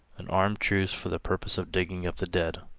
an armed truce for the purpose of digging up the dead.